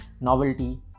novelty